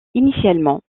initialement